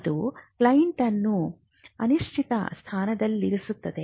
ಅದು ಕ್ಲೈಂಟ್ ಅನ್ನು ಅನಿಶ್ಚಿತ ಸ್ಥಾನದಲ್ಲಿರಿಸುತ್ತದೆ